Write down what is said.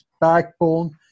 backbone